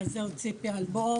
היה לי ממש חשוב להגיע לפה,